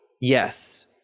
Yes